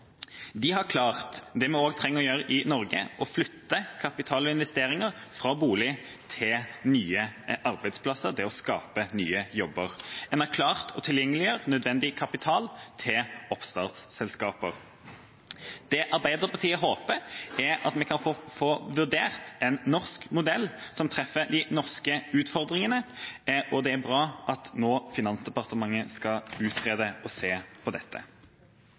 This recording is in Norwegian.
De har klart det vi også trenger å gjøre i Norge, å flytte kapitalinvesteringer fra bolig til nye arbeidsplasser – det å skape nye jobber. En har klart å tilgjengeliggjøre nødvendig kapital til oppstartsselskaper. Det Arbeiderpartiet håper, er at vi kan få vurdert en norsk modell som treffer de norske utfordringene, og det er bra at Finansdepartementet nå skal utrede og se på dette.